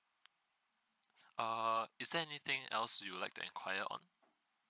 err is there anything else you would like to enquire on